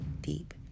deep